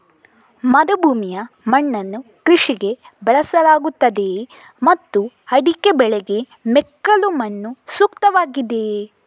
ಮರುಭೂಮಿಯ ಮಣ್ಣನ್ನು ಕೃಷಿಗೆ ಬಳಸಲಾಗುತ್ತದೆಯೇ ಮತ್ತು ಅಡಿಕೆ ಬೆಳೆಗೆ ಮೆಕ್ಕಲು ಮಣ್ಣು ಸೂಕ್ತವಾಗಿದೆಯೇ?